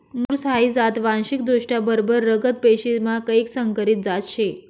मुर्स हाई जात वांशिकदृष्ट्या बरबर रगत पेशीमा कैक संकरीत जात शे